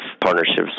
partnerships